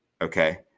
okay